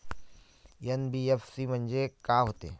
NBFC म्हणजे का होते?